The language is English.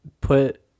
put